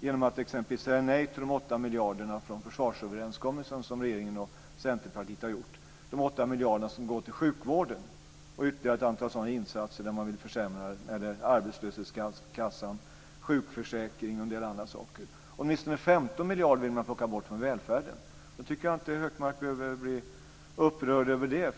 genom att exempelvis säga nej till de 8 miljarderna från försvarsöverenskommelsen som regeringen och Centerpartiet har gjort. De 8 miljarderna går till sjukvården. Det finns ytterligare ett antal insatser där man vill försämra. Det gäller arbetslöshetskassan, sjukförsäkringen och andra saker. Åtminstone 15 miljarder vill man plocka bort från välfärden. Jag tycker inte att Hökmark behöver bli upprörd över det.